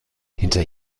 hinter